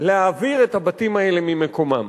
להעביר את הבתים האלה ממקומם.